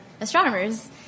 astronomers